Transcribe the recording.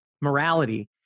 morality